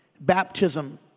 Baptism